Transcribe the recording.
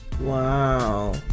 Wow